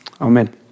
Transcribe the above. Amen